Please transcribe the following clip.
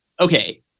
okay